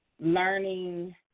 learning